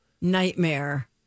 nightmare